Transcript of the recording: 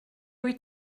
wyt